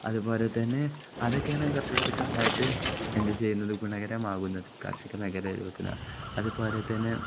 അതുപോലെ തന്നെ അതൊക്കെയാണ് കർഷകർക്കു നന്നായിട്ട് എന്തു ചെയ്യുന്നത് ഗുണകരമാകുന്നത് കാർഷിക മേഖലയിൽ വയ്ക്കുന്ന അതുപോലെ തന്നെ